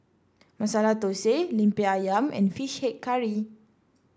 Masala Thosai lemper ayam and fish head curry